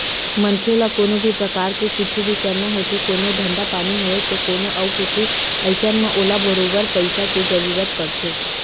मनखे ल कोनो भी परकार के कुछु भी करना होथे कोनो धंधा पानी होवय ते कोनो अउ कुछु अइसन म ओला बरोबर पइसा के जरुरत पड़थे